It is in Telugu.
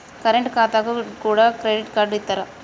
కరెంట్ ఖాతాకు కూడా క్రెడిట్ కార్డు ఇత్తరా?